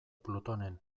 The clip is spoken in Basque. plutonen